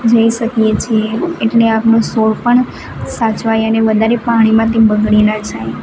જઈ શકીએ છીએ એટલે આપણું છોડ પણ સાચવાય એને વધારે પાણીમાંથી બગડી ના જાય